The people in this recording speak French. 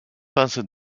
pensent